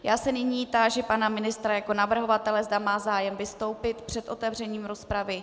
Já se nyní táži pana ministra jako navrhovatele, zda má zájem vystoupit před otevřením rozpravy.